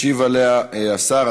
ישיב עליה השר.